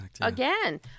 again